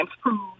prove